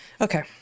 okay